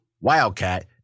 Wildcat